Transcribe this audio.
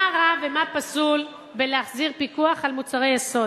מה רע ומה פסול בלהחזיר פיקוח על מוצרי יסוד?